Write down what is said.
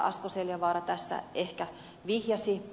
asko seljavaara tässä ehkä vihjasi